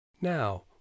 Now